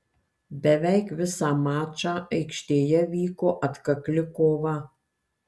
beveik visą mačą aikštėje vyko atkakli kova